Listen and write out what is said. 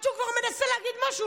עד שהוא כבר מנסה להגיד משהו,